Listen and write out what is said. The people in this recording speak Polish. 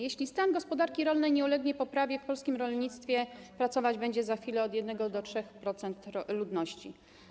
Jeśli stan gospodarki rolnej nie ulegnie poprawie, w polskim rolnictwie pracować będzie za chwilę od 1 do 3% ludności.